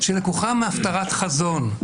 שלקוחה מהפטרת חזון,